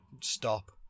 stop